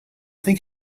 think